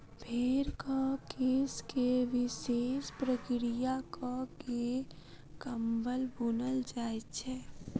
भेंड़क केश के विशेष प्रक्रिया क के कम्बल बुनल जाइत छै